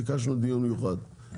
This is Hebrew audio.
ביקשנו דיון אחד,